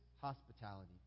hospitality